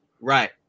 Right